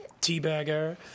teabagger